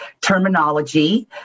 terminology